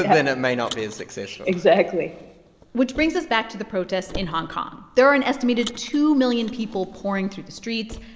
then it may not be as successful exactly which brings us back to the protests in hong kong. there are an estimated two million people pouring through the streets.